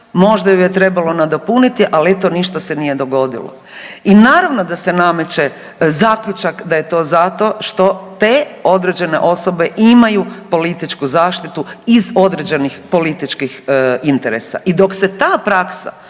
možda ju je trebalo nadopuniti, ali eto ništa se nije dogodilo. I naravno da se nameće zaključak da je to zato što te određene osobe imaju političku zaštitu iz određenih političkih interesa.